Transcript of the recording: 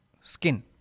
Skin